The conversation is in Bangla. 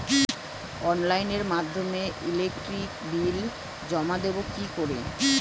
অনলাইনের মাধ্যমে ইলেকট্রিক বিল জমা দেবো কি করে?